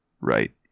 Right